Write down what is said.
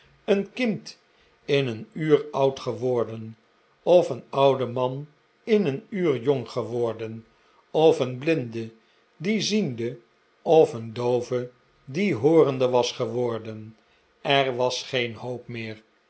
een kind in een uur oud geworden of een oude man in een uur jong geworden of een blinde die ziende of een doove die hoorende was geworden er was geen hoop meer